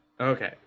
okay